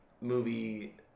movie